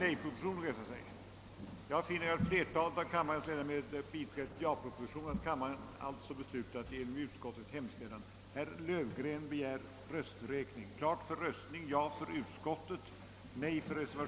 Mot denna bakgrund och eftersom kammaren senast i fjol prövade detta ärende finner utskottet sig inte böra biträda motionerna.